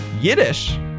Yiddish